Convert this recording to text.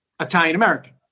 Italian-American